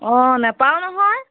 অঁ নাপাওঁ নহয়